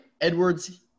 Edwards